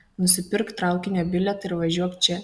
nusipirk traukinio bilietą ir važiuok čia